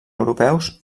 europeus